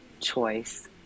choice